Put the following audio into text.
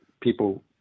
people